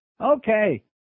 Okay